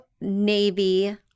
navy